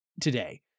today